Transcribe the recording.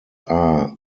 are